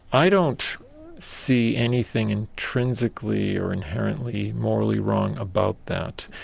i don't see anything intrinsically or inherently morally wrong about that.